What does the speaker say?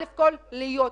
ראשית,